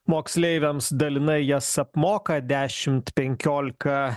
moksleiviams dalinai jas apmoka dešimt penkiolika